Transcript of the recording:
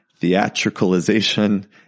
theatricalization